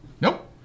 Nope